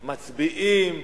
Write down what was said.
מצביעים,